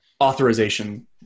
authorization